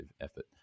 effort